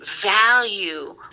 value